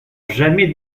jamais